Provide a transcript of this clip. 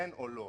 כן או לא.